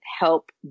help